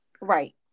Right